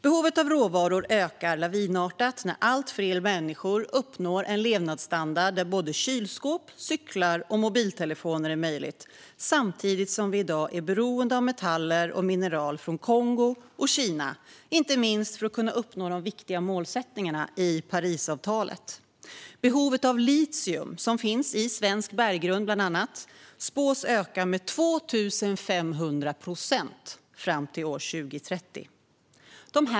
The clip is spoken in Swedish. Behovet av råvaror ökar lavinartat när allt fler människor uppnår en levnadsstandard där kylskåp, cyklar och mobiltelefoner är möjligt, samtidigt som vi i dag är beroende av metaller och mineral från Kongo och Kina, inte minst för att kunna uppnå de viktiga målsättningarna i Parisavtalet. Behovet av litium, som finns i bland annat svensk berggrund, spås öka med 2 500 procent fram till år 2030.